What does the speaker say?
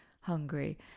hungry